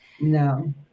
No